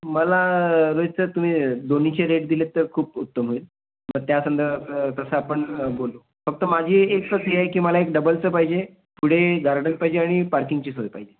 मला रोहित सर तुम्ही दोन्हीचे रेट दिलेत तर खूप उत्तम होईल मग त्यासंद तसं आपण बोलू फक्त माझी एक शर्त ही आहे की मला एक डबलचं पाहिजे पुढे गार्डन पाहिजे आणि पार्किंगची सोय पाहिजे